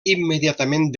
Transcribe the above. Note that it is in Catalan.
immediatament